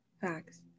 facts